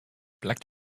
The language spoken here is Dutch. black